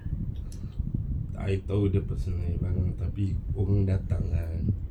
I told the person already tapi datang ah